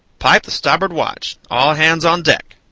pipe the stabboard watch! all hands on deck!